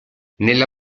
nella